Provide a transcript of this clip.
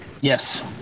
Yes